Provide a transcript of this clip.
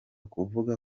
kuvuga